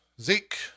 Zeke